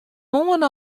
moarn